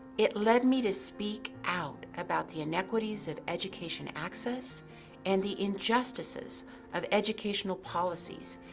it led me to speak out about the inequities of education access and the injustices of educational policies.